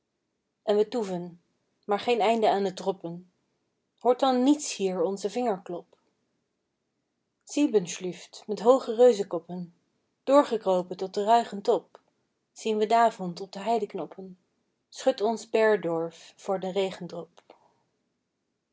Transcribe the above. en we toeven maar geen einde aan t droppen hoort dan niets hier onzen vingerklop siebenschlüft met hooge reuzenkoppen doorgekropen tot den ruigen top zien we d'avond op de heideknoppen schut ons berdorf voor den regendrop